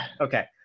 Okay